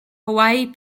hawaii